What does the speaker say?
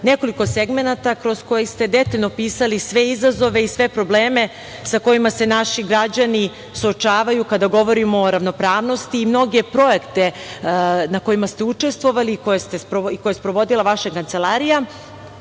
nekoliko segmenata kroz koji ste detaljno opisali sve izazove i sve probleme sa kojima se naši građani suočavaju kada govorimo o ravnopravnosti i mnoge projekte na kojima ste učestvovali i koje je sprovodila vaša Kancelarija. Prvo